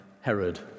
Herod